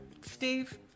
Steve